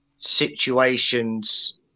situations